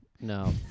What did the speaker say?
No